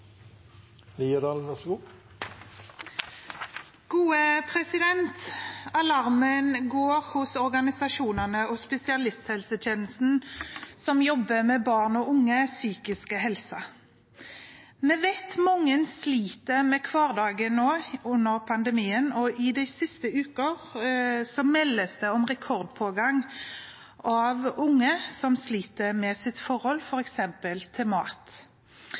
Alarmen går hos organisasjonene og spesialisthelsetjenesten som jobber med barn og unges psykiske helse. Vi vet at mange sliter med hverdagen nå under pandemien, og i de siste ukene meldes det om rekordpågang av unge som sliter med f.eks. sitt forhold til mat.